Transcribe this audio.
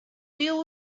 deal